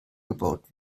gebaut